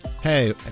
Hey